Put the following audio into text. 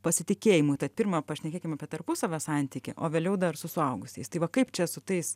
pasitikėjimu tad pirma pašnekėkim apie tarpusavio santykį o vėliau dar su suaugusiais tai va kaip čia su tais